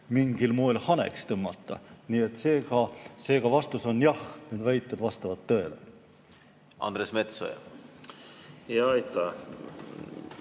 mingil moel haneks tõmmata. Seega vastus on: jah, need väited vastavad tõele. Andres Metsoja, palun!